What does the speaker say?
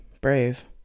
Brave